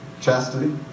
Chastity